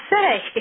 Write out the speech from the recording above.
say